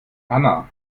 anna